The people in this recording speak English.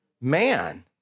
Man